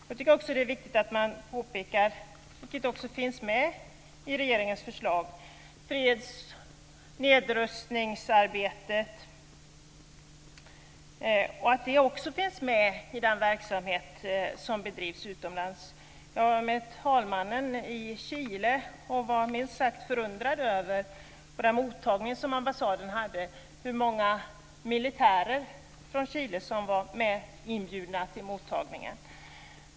Jag tycker vidare att det är viktigt att påpeka, vilket också finns med i regeringens förslag, hur viktigt det är att freds och nedrustningsarbetet finns med i den verksamhet som bedrivs utomlands. Jag var med talmannen i Chile och var minst sagt förundrad över hur många chilenska militärer som vad inbjudna till den mottagning som ambassaden hade.